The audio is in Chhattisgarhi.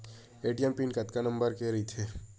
ए.टी.एम पिन कतका नंबर के रही थे?